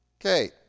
Okay